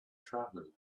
travel